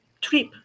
trip